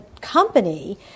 company